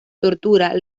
tortura